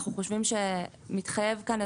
אנחנו חושבים שמתחייב כאן,